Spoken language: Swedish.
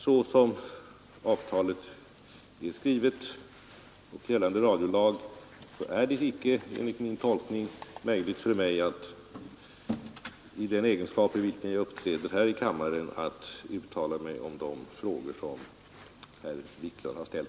Så som avtalet och gällande radiolag är skrivna är det enligt min tolkning icke möjligt för mig att i den egenskap, i vilken jag uppträder här i kammaren, uttala mig om de frågor som herr Wiklund har ställt.